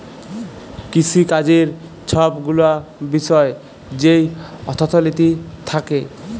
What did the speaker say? কিসিকাজের ছব গুলা বিষয় যেই অথ্থলিতি থ্যাকে